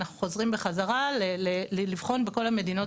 ואנחנו חוזרים בחזרה לבחון בכל המדינות